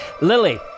Lily